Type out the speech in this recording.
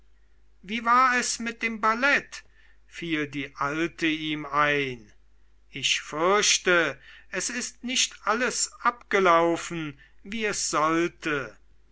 wie war es mit dem ballett fiel die alte ein ich fürchte es ist nicht alles abgelaufen wie es sollte